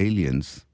aliens